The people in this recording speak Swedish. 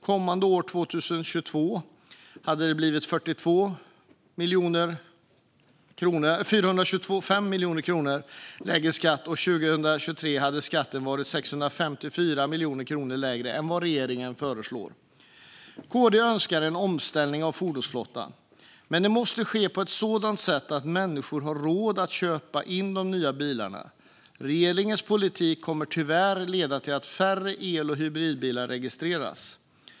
Kommande år, 2022, hade det blivit 425 miljoner kronor lägre skatt, och 2023 hade skatten varit 654 miljoner kronor lägre än vad regeringen föreslår. KD önskar en omställning av fordonsflottan, men det måste ske på ett sådant sätt att människor har råd att köpa in de nya bilarna. Regeringens politik kommer tyvärr att leda till att färre el och hybridbilar registreras.